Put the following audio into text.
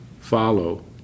Follow